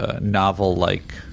novel-like